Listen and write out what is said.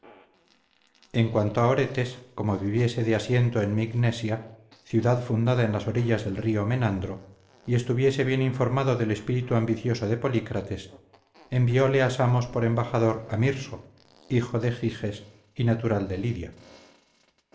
en cuanto a oretes como viviese de asiento en mignesia ciudad fundada en las orillas del río menandro y estuviese bien informado del espíritu ambicioso de polícrates envióle a samos por embajador a mirso hijo de giges y natural de lidia